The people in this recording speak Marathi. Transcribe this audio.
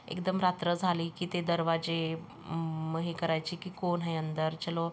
एकदम रात्र झाली की ते दरवाजे म हे करायचे की कौन है अंदर चलो